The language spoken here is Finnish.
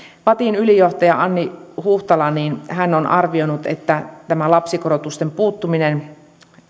vattin ylijohtaja anni huhtala on arvioinut että tämä lapsikorotusten puuttuminen